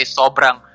sobrang